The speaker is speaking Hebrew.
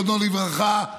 זיכרונו לברכה,